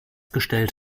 gestellt